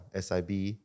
SIB